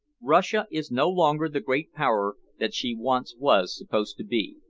russia is no longer the great power that she once was supposed to be.